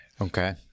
Okay